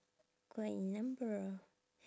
quite a number